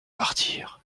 partir